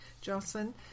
Jocelyn